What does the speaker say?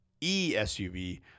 e-SUV